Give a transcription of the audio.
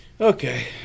Okay